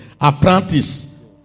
apprentice